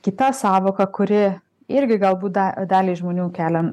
kita sąvoka kuri irgi galbūt da daliai žmonių kelia